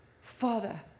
Father